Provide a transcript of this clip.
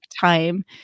time